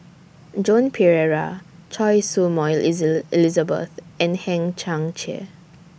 Joan Pereira Choy Su Moi Elizabeth and Hang Chang Chieh